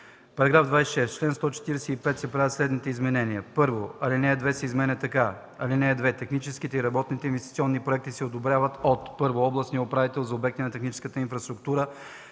§ 26: „§ 26. В чл. 145 се правят следните изменения: 1. Алинея 2 се изменя така: „(2) Технически и работни инвестиционни проекти се одобряват от: 1. областния управител – за обекти на техническата инфраструктура